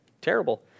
terrible